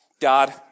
God